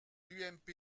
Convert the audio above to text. l’ump